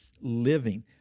living